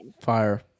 Fire